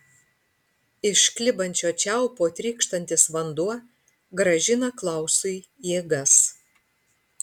iš klibančio čiaupo trykštantis vanduo grąžina klausui jėgas